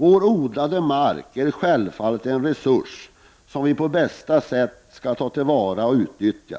Vår odlade mark är självfallet en resurs som vi på bästa sätt skall ta till vara och utnyttja.